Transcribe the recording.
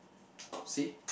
see